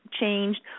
changed